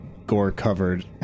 gore-covered